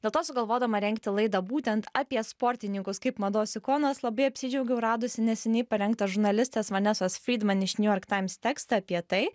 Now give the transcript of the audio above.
dėl to sugalvodama rengti laidą būtent apie sportininkus kaip mados ikonas labai apsidžiaugiau radusi neseniai parengtą žurnalistės vanesos friedman iš new york times tekstą apie tai